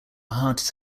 heart